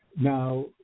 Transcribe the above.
Now